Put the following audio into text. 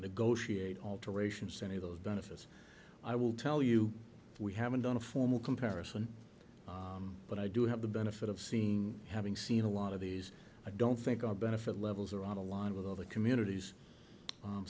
negotiate alterations to any of those benefits i will tell you we haven't done a formal comparison but i do have the benefit of seen having seen a lot of these i don't think our benefit levels are on the line with other communities